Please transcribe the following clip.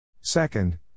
Second